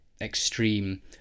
extreme